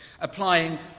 applying